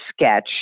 sketch